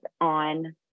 on